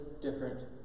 different